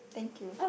thank you